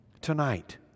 tonight